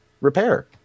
repair